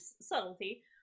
subtlety